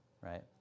Right